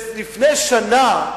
לפני שנה,